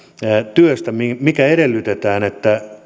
työstä mitä edellytetään